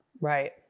Right